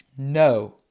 No